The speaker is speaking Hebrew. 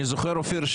אני זוכר, אופיר,